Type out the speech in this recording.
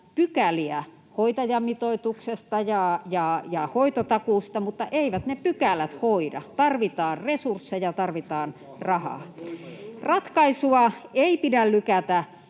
pykäliä hoitajamitoituksesta ja hoitotakuusta, mutta eivät ne pykälät hoida. Tarvitaan resursseja, tarvitaan rahaa. Ratkaisua ei pidä lykätä